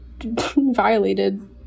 violated